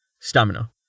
Stamina